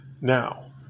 Now